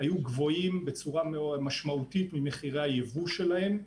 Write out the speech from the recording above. היו גבוהים בצורה משמעותית ממחירי היבוא שלהם,